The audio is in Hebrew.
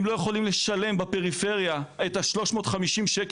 הם לא יכולים לשלם בפריפריה את 350 השקלים